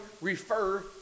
refer